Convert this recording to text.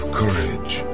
courage